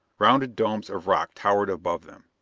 rounded domes of rock towered above them.